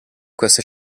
questa